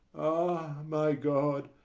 ah, my god,